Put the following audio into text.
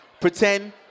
Pretend